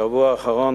בשבוע האחרון,